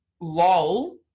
lol